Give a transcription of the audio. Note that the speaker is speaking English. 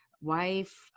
wife